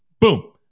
Boom